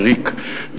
וריק,